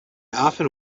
often